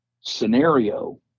scenario